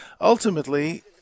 ultimately